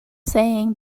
saying